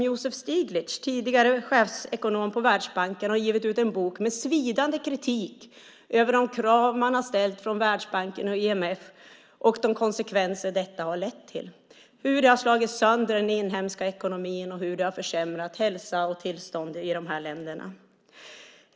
Joseph Stiglitz, tidigare chefsekonom på Världsbanken, har gett ut en bok med svidande kritik av de krav Världsbanken och IMF har ställt och de konsekvenser detta har lett till, hur det har slagit sönder den inhemska ekonomin och hur det har försämrat hälsa och tillstånd i de här länderna.